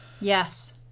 Yes